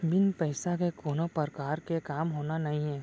बिन पइसा के कोनो परकार के काम होना नइये